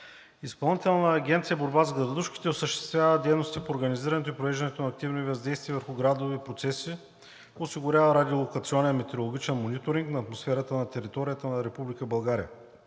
Изпълнителна агенция „Борба с градушките“ осъществява дейностите по организирането и провеждането на активни въздействия върху градови процеси, осигурява радиолокационен метеорологичен мониторинг на атмосферата над територията на Република